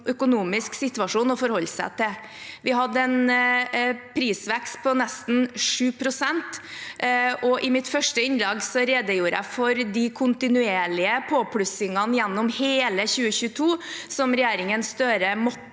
økonomisk situasjon å forholde seg til. Vi hadde en prisvekst på nesten 7 pst., og i mitt første innlegg redegjorde jeg for de kontinuerlige påplussingene gjennom hele 2022 som regjeringen Støre måtte